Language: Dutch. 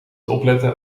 opletten